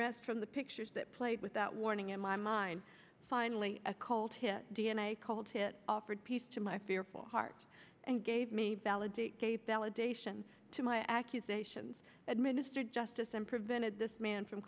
rest from the pictures that played with that warning in my mind finally a cult hit d n a cult hit offered peace to my fearful heart and gave me validate gape validation to my accusations administer justice and prevented this man from